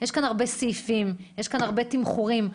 יש כאן הרבה סעיפים והרבה תמחורים,